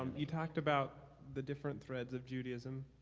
um you talked about the different threads of judaism,